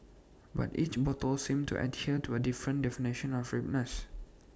but each bottle seemed to adhere to A different definition of ripeness